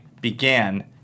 began